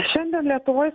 šiandien lietuvoj